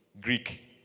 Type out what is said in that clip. Greek